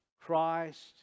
Christ